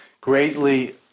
greatly